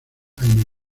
años